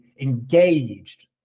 engaged